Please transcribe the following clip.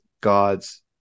God's